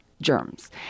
germs